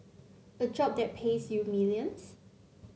a job that pays you millions